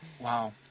Wow